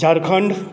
Jharkhand